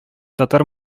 татар